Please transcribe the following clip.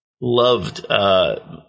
loved